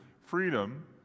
freedom